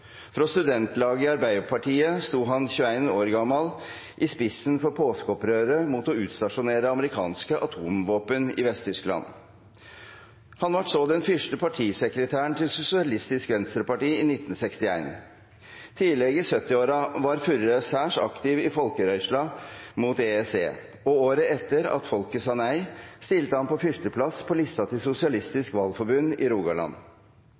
Frå studentlaget i Arbeidarpartiet stod han 21 år gamal i spissen for «påskeopprøret» – mot å utstasjonere amerikanske atomvåpen i Vest-Tyskland. Han vart så den fyrste partisekretæren til Sosialistisk Venstreparti i 1961. Tidleg i 1970-åra var Furre særs aktiv i Folkerørsla mot EEC, og året etter at folket sa nei, stilte han på fyrsteplass på lista til Sosialistisk Valforbund i Rogaland.